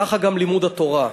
כך גם לימוד התורה.